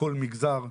בכל מגזר,